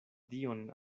dion